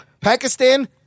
Pakistan